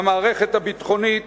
במערכת הביטחונית,